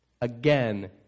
Again